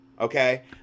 Okay